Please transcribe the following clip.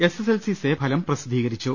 SSLC say ഫലം പ്രസിദ്ധീകരിച്ചു